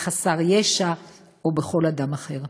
בחסר ישע או בכל אדם אחר.